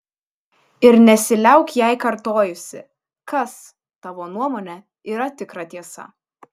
ir nesiliauk jai kartojusi kas tavo nuomone yra tikra tiesa